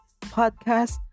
podcast